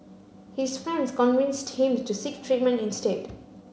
his friends convinced him to seek treatment instead